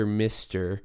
mr